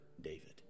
David